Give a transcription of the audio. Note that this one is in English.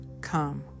come